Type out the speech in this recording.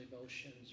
emotions